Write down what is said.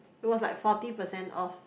it was like forty percent off